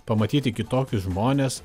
pamatyti kitokius žmones